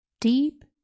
deep